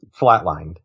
flatlined